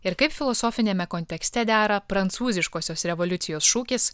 ir kaip filosofiniame kontekste dera prancūziškosios revoliucijos šūkis